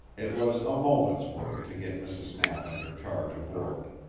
it was a moment's work to get mrs. knapp and her charge aboard.